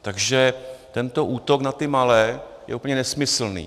Takže tento útok na ty malé je úplně nesmyslný.